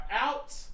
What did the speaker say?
out